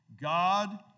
God